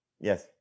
Yes